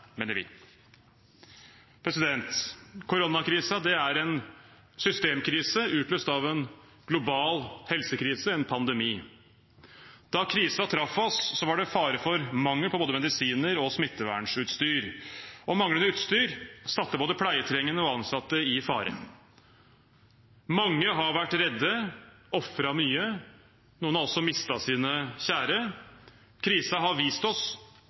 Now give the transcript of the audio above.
mener vi. Koronakrisen er en systemkrise utløst av en global helsekrise, en pandemi. Da krisen traff oss, var det fare for mangel på både medisiner og smittevernsutstyr. Manglende utstyr satte både pleietrengende og ansatte i fare. Mange har vært redde, ofret mye, noen har også mistet sine kjære. Krisen har vist oss